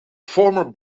former